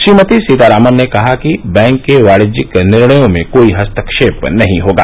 श्रीमती सीतारामन ने कहा कि बैंक के वाणिज्यिक निर्णयों में कोई हस्तक्षेप नहीं होगा